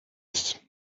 ist